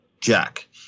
Jack